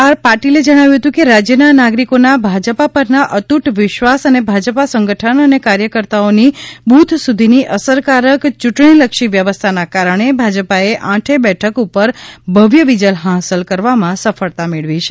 R પાટીલે જણાવ્યું હતું કે રાજ્યના નાગરીકોના ભાજપા પરના અતૂટ વિશ્વાસ અને ભાજપા સંગઠન અને કાર્યકર્તાઓની બુથ સુધીની અસરકારક ચૂંટણીલક્ષી વ્યવસ્થાના કારણે ભાજપાને આઠેય બેઠકો પર ભવ્ય વિજય હાંસલ કરવામાં સફળતા મળી છે